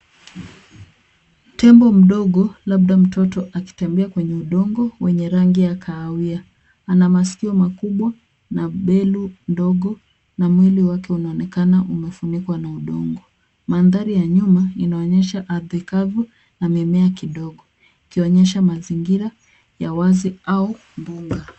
Tembo mdogo labda mtoto akitembea kwenye udongo wenye rangi ya kahawia. Ana masikio makubwa na belu ndogo na mwili wake unaonekana umefunikwa na udongo. Mandhari ya nyuma inaonyesha ardhi kavu na mimea kidogo ikionyesha mazingira ya wazi au mbuga.